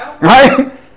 right